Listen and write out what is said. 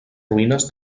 ruïnes